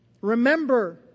remember